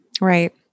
Right